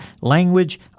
language